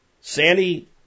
Sandy